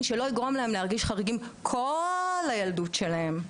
שלא יגרום להם להרגיש חריגים כל הילדות שלהם.